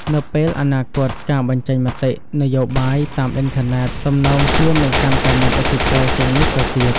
នៅពេលអនាគត ការបញ្ចេញមតិនយោបាយតាមអ៊ីនធឺណិតទំនងជានឹងកាន់តែមានឥទ្ធិពលជាងនេះទៅទៀត។